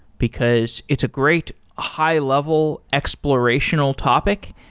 because it's a great high level explorational topic.